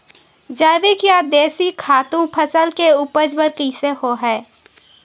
जैविक या देशी खातु फसल के उपज बर कइसे होहय?